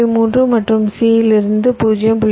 3 மற்றும் c இலிருந்து 0